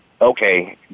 okay